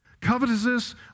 Covetousness